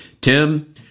Tim